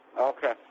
Okay